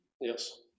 Yes